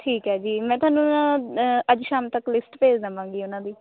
ਠੀਕ ਹੈ ਜੀ ਮੈਂ ਤੁਹਾਨੂੰ ਅੱਜ ਸ਼ਾਮ ਤੱਕ ਲਿਸਟ ਭੇਜ ਦੇਵਾਂਗੀ ਉਹਨਾਂ ਦੀ